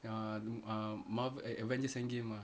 ah um marve~ avengers endgame ah